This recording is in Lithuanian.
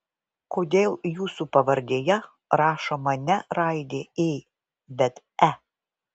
kodėl jūsų pavardėje rašoma ne raidė ė bet e